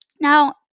Now